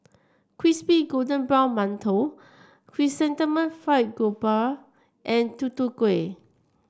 Crispy Golden Brown Mantou Chrysanthemum Fried Garoupa and Tutu Kueh